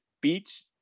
beach